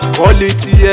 Quality